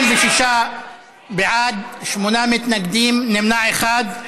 36 בעד, שמונה מתנגדים ונמנע אחד.